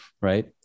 right